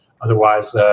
otherwise